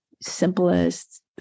simplest